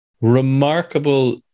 remarkable